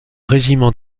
régiment